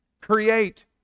create